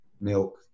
milk